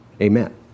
amen